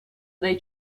dai